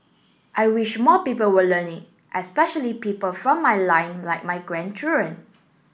I wish more people will learn it especially people from my line like my grandchildren